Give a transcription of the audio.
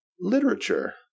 literature